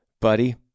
Buddy